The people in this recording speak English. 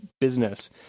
business